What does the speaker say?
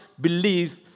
believe